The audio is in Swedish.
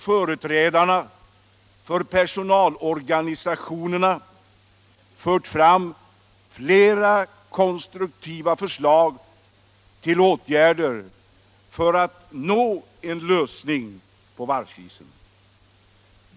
Företrädare för personalorganisationerna har också fört fram flera konstruktiva förslag till åtgärder.